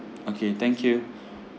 okay thank you